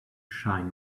shine